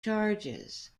charges